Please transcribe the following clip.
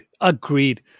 Agreed